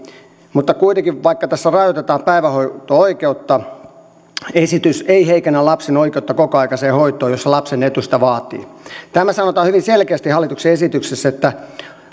mutta kuitenkaan vaikka tässä rajoitetaan päivähoito oikeutta esitys ei heikennä lapsen oikeutta kokoaikaiseen hoitoon jos lapsen etu sitä vaatii tämä sanotaan hyvin selkeästi hallituksen esityksessä että